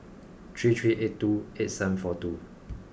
three three eight two eight seven four two